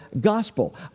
gospel